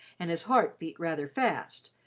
and his heart beat rather fast,